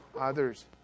others